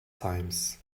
times